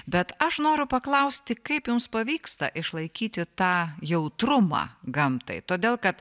bet aš noriu paklausti kaip jums pavyksta išlaikyti tą jautrumą gamtai todėl kad